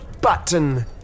button